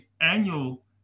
annual